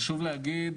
חשוב להגיד